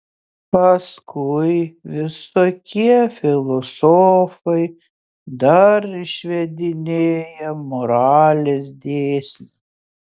paskui visokie filosofai dar išvedinėja moralės dėsnius